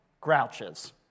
grouches